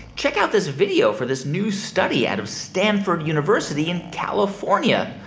check out this video for this new study out of stanford university in california.